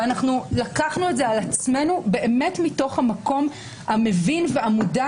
ולקחנו את זה על עצמנו מתוך המקום המבין והמודע,